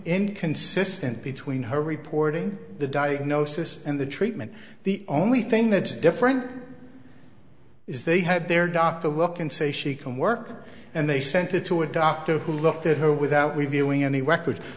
inconsistent between her reporting the diagnosis and the treatment the only thing that's different is they had their doctor look and say she can work and they sent it to a doctor who looked at her without reviewing any records